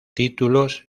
títulos